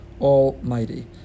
Almighty